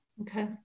Okay